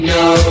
no